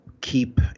keep